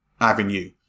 avenue